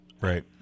Right